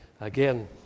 again